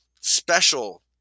special